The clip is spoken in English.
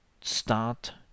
start